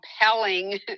compelling